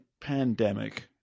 pandemic